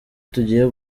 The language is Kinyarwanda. tugiye